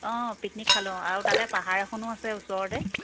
অঁ পিকনিক খালোঁ আৰু তাতে পাহাৰ এখনো আছে ওচৰতে